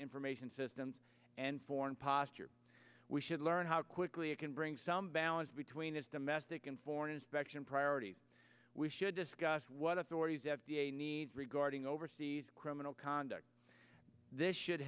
information systems and foreign posture we should learn how quickly it can bring some balance between its domestic and foreign inspection priorities we should discuss what authorities f d a needs regarding overseas criminal conduct this should